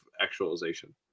actualization